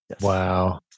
Wow